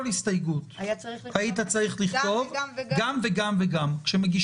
הסתייגות היית צריך לכתוב גם וגם וגם.